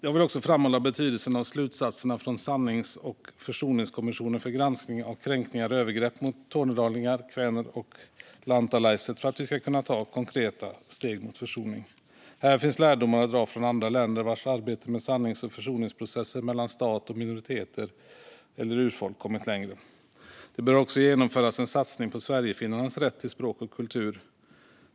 Jag vill också framhålla betydelsen av slutsatserna från sannings och försoningskommissionen för granskning av kränkningar och övergrepp mot tornedalingar, kväner och lantalaiset för att vi ska kunna ta konkreta steg mot försoning. Här finns lärdomar att dra från andra länder vars arbete med sannings och försoningsprocesser mellan stat och minoriteter eller urfolk kommit längre. Det bör även genomföras en satsning på sverigefinnarnas rätt till språk och kultur.